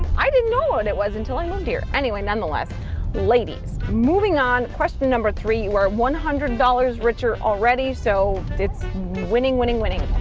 i didn't know and it was until i moved here anyway nonetheless ladies moving on. question number three where one hundred dollars richer already so it's winning winning winning.